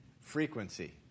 frequency